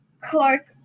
Clark